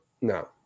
No